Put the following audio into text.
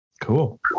Cool